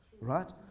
right